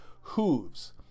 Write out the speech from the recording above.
hooves